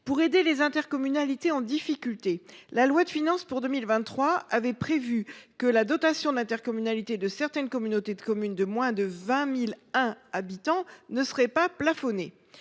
Pour aider les intercommunalités en difficulté, la loi de finances pour 2023 a prévu que la dotation d’intercommunalité de certaines communautés de communes de moins de 20 001 habitants ne soit pas plafonnée.